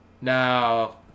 Now